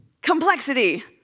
complexity